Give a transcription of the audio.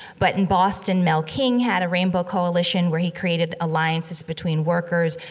but in boston, mel king had a rainbow coalition where he created alliances between workers,